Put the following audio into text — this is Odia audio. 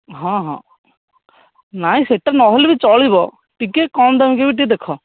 ହଁ ହଁ ନାଇଁ ସେଇଟା ନହେଲେ ବି ଚଳିବ ଟିକେ କମ ଦାମିକିଆ ବି ଟିକେ ଦେଖ